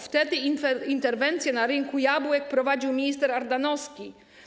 Wtedy interwencję na rynku jabłek prowadził minister Ardanowski.